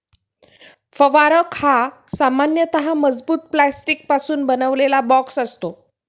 फवारक हा सामान्यतः मजबूत प्लास्टिकपासून बनवलेला बॉक्स असतो